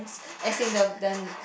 as in the the